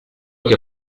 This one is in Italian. che